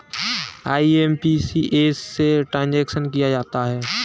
IMPS से transaction किया जाता है